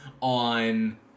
on